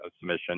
submission